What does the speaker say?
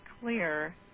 clear